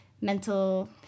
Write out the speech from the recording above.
mental